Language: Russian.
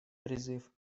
призыв